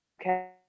okay